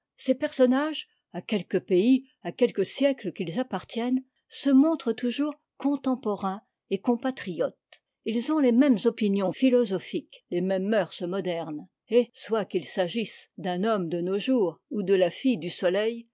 ces personnages à quelque pays à quelque siècle qu'ils appartiennent se montrent toujours contem porains et compatriotes ils ont les mêmes opinions philosophiques les mêmes mœurs modernes et soit qu'il s'agisse d'un homme de nos jours ou de la fille du soleil